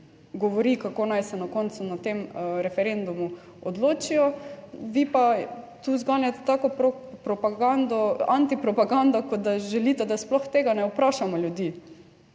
kako naj se na koncu na tem referendumu odločijo, vi pa tu zganjate tako propagando, antipropagando, kot da želite, da sploh tega ne vprašamo ljudi,